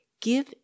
give